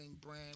Brand